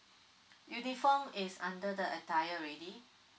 uniform is under the attire already